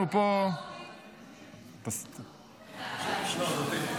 אנחנו פה --- איפה אורלי?